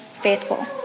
faithful